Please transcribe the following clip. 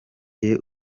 jye